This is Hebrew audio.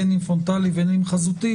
בין אם פרונטלי ובין אם חזותי.